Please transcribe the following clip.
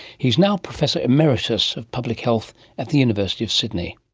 he's now professor emeritus of public health at the university of sydney.